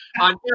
on